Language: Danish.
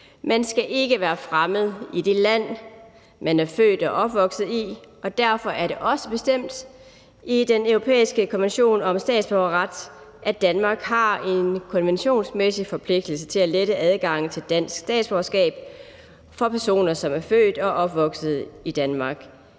Man skal ikke være fremmed i det land, man er født og opvokset i, og derfor er det også bestemt i den europæiske konvention om statsborgerret, at Danmark har en konventionsmæssig forpligtelse til at lette adgangen til dansk statsborgerskab for personer, som er født og opvokset i Danmark.